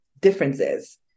differences